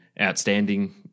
outstanding